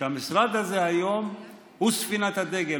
שהמשרד הזה היום הוא ספינת הדגל.